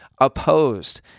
opposed